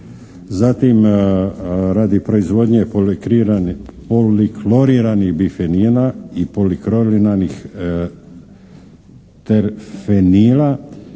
Zatim radi proizvodnje polikloriranih bifenina i polikloriranih terfenila